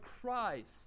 Christ